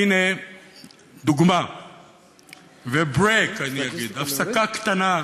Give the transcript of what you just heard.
הנה דוגמה, ואני אגיד break, הפסקה קטנה,